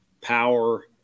power